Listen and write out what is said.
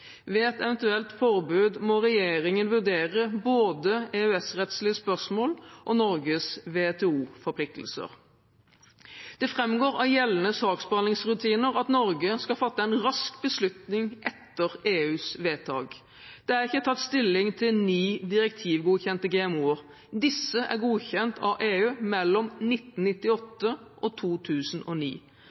Ved et eventuelt forbud må regjeringen vurdere både EØS-rettslige spørsmål og Norges WTO- forpliktelser. Det framgår av gjeldende saksbehandlingsrutiner at Norge skal fatte en rask beslutning etter EUs vedtak. Det er ikke tatt stilling til ni direktivgodkjente GMO-er. Disse er godkjent av EU mellom 1998 og 2009.